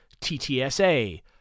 TTSA